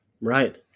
right